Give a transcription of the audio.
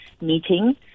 meeting